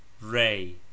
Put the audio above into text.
Ray